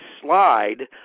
slide